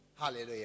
Hallelujah